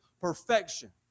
Perfection